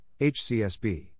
HCSB